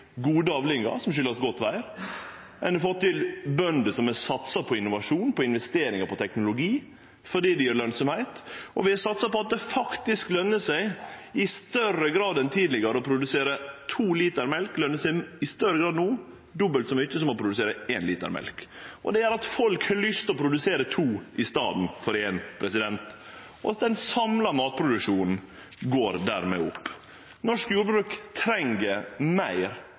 gode avlingar, som kjem av godt vêr. Ein har fått til bønder som har satsa på innovasjon, på investeringar og på teknologi, fordi det gjev lønsemd. Vi har satsa på at det faktisk i større grad enn tidlegare løner seg å produsere to liter mjølk – dobbelt så mykje som å produsere ein liter mjølk. Det gjer at folk har lyst til å produsere to liter i staden for ein liter. Den samla matproduksjonen går dermed opp. Norsk jordbruk treng meir